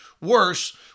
worse